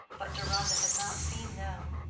but deronda had not seen them.